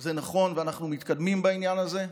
זה נכון, ואנחנו מתקדמים בעניין הזה.